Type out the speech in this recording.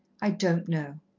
i don't know.